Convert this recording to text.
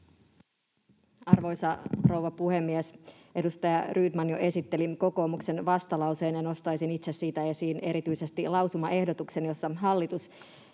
Arvoisa rouva puhemies! Edustaja Rydman jo esitteli kokoomuksen vastalauseen, ja nostaisin itse siitä esiin erityisesti lausumaehdotuksen, jossa hallitusta